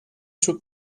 çok